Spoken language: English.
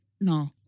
No